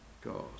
God